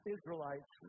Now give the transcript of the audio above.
Israelites